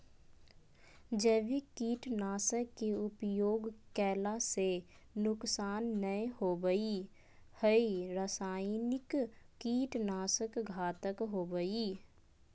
जैविक कीट नाशक के उपयोग कैला से नुकसान नै होवई हई रसायनिक कीट नाशक घातक हई